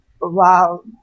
wow